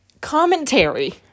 Commentary